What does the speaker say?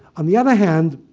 on the other hand,